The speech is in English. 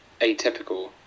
atypical